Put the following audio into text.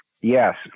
yes